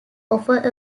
offer